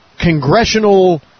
Congressional